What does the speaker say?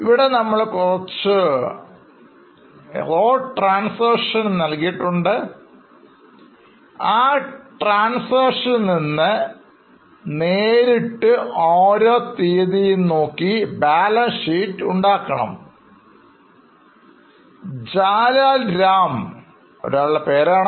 ഇവിടെ നമ്മൾ കുറച്ച് അസംസ്കൃത ഇടപാടുകൾ നൽകിയിട്ടുണ്ട് അസംസ്കൃത ഇടപാടിൽ നിന്ന് നേരിട്ട് ഓരോ തീയതിയും നോക്കി balance sheet തയ്യാറാക്കണം